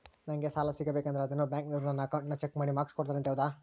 ನಂಗೆ ಸಾಲ ಸಿಗಬೇಕಂದರ ಅದೇನೋ ಬ್ಯಾಂಕನವರು ನನ್ನ ಅಕೌಂಟನ್ನ ಚೆಕ್ ಮಾಡಿ ಮಾರ್ಕ್ಸ್ ಕೋಡ್ತಾರಂತೆ ಹೌದಾ?